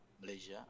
Malaysia